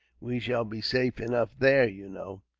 we shall be safe enough there, you know.